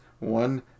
one